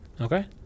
okay